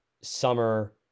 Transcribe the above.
summer